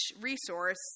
resource